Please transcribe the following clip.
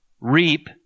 Reap